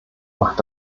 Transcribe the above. macht